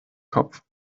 kopf